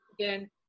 Again